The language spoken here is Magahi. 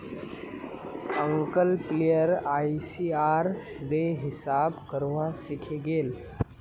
अंकल प्लेयर आईसीआर रे हिसाब करवा सीखे गेल